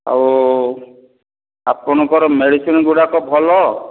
ଆଉ ଆପଣଙ୍କର ମେଡ଼ିସିନ୍ ଗୁଡ଼ାକ ଭଲ